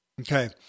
Okay